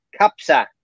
Capsa